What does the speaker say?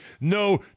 no